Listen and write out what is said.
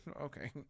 Okay